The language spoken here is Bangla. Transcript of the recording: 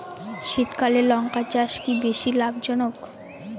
শীতকালে লঙ্কা চাষ কি বেশী লাভজনক?